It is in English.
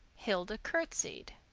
hilda curtsied.